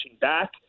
back